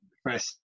first